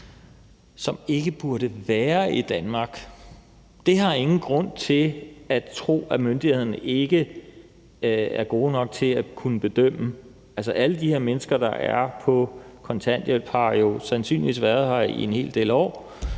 Som ikke burde være i Danmark, siger spørgeren? Det har jeg ingen grund til at tro at myndighederne ikke er gode nok til at kunne bedømme. Alle de her mennesker, der er på kontanthjælp, har jo sandsynligvis været her i en hel del år